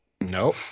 Nope